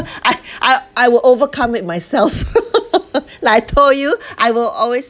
I I I will overcome it myself like I told you I will always